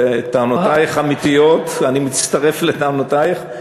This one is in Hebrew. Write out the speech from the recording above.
וטענותייך אמיתיות, אני מצטרף לטענותייך.